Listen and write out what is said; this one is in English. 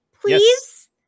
Please